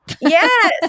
Yes